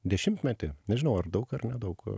dešimtmetį nežinau ar daug ar nedaug